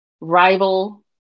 rival